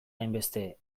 hainbeste